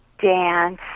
dance